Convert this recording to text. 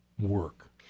work